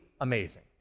amazing